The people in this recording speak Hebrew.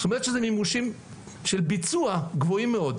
זאת אומרת שזה מימושים של ביצוע גבוהים מאוד.